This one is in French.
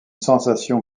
sensation